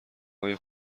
های